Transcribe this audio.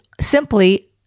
simply